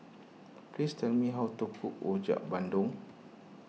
please tell me how to cook Rojak Bandung